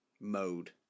mode